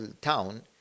town